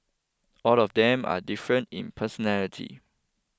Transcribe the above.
all of them are different in personality